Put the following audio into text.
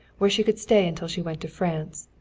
where she could stay until she went to france.